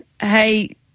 Hey